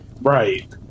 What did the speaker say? Right